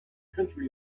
country